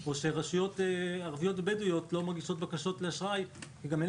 או שרשויות בדואיות לא מגישות בקשות לאשראי כי אין